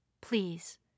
Please